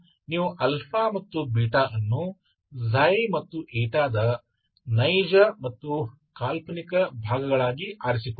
ಆದ್ದರಿಂದ ನೀವು αβ ಅನ್ನು ξ ಮತ್ತು ನ ನೈಜ ಮತ್ತು ಕಾಲ್ಪನಿಕ ಭಾಗಗಳಾಗಿ ಆರಿಸಿಕೊಳ್ಳಿ